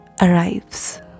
arrives